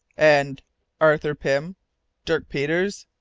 and arthur pym dirk peters?